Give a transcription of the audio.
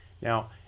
now